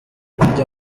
kujya